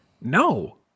No